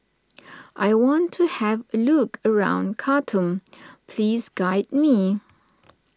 I want to have a look around Khartoum please guide me